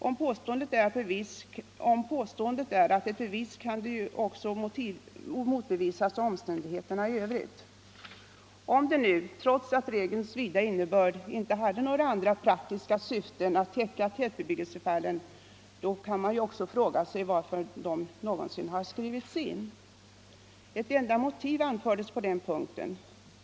Om påståendet är ett bevis, kan det ju också motbevisas av omständigheterna i övrigt. Om det nu -— trots regelns vidare innebörd — inte var några andra praktiska syften än att täcka tätbebyggelsefallen, kan man också fråga sig varför den någonsin har skrivits in. Ett enda motiv anfördes på den punkten.